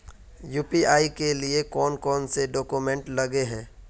UPI के लिए कौन कौन से डॉक्यूमेंट लगे है?